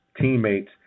teammates